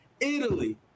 Italy